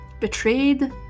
Betrayed